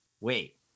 wait